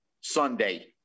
Sunday